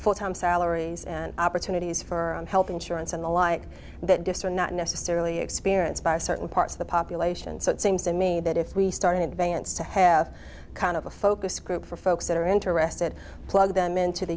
full time salaries and opportunities for health insurance and the like that desser not necessarily experienced by a certain part of the population so it seems to me that if we start in advance to have kind of a focus group for folks that are interested plug them into the